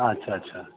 अच्छा अच्छा